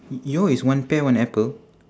y~ your is one pear one apple